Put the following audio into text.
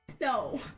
No